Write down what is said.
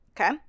okay